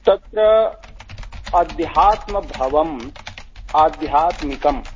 तत्र अध्यात्मभवं आध्यात्मिकं